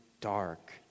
dark